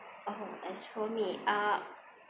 oh as for me uh